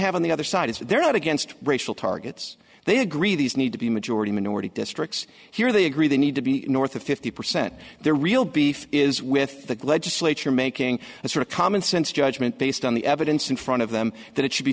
have on the other side is that they're not against racial targets they agree these need to be majority minority districts here they agree they need to be north of fifty percent their real beef is with the legislature making a sort of common sense judgment based on the evidence in front of them that it should be